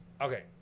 okay